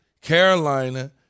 Carolina